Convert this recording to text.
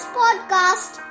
podcast